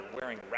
wearing